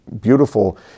beautiful